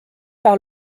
par